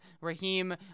Raheem